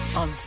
on